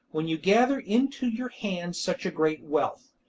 when you gather into your hands such great wealth,